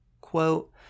Quote